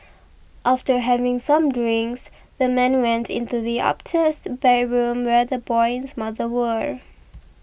after having some drinks the man went into the upstairs bedroom where the boy and his mother were